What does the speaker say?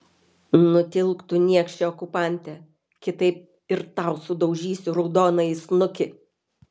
nutilk tu niekše okupante kitaip ir tau sudaužysiu raudonąjį snukį